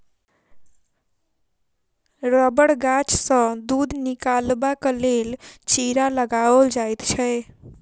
रबड़ गाछसँ दूध निकालबाक लेल चीरा लगाओल जाइत छै